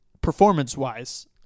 performance-wise